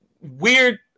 weird